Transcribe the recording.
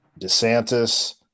DeSantis